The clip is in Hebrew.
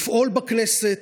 לפעול בכנסת,